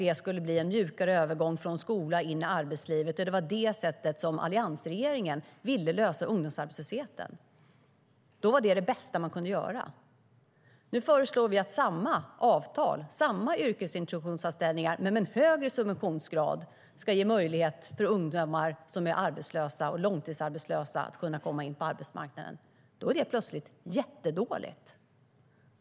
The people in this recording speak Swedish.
Det skulle bli en mjukare övergång från skola in till arbetslivet. Det var på det sättet alliansregeringen ville lösa ungdomsarbetslösheten. Då var detta det bästa man kunde göra. Nu föreslår vi att samma avtal, samma yrkesintroduktionsanställningar, men med en högre subventionsgrad ska ge möjlighet för ungdomar som är arbetslösa och långtidsarbetslösa att komma in på arbetsmarknaden. Då är det plötsligt jättedåligt.